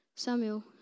Samuel